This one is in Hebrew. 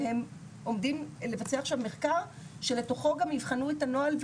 והם עומדים לבצע עכשיו מחקר שלתוכו גם יבחנו את הנוהל,